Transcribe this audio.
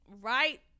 right